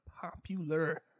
popular